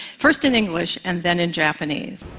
first in english and then in japanese.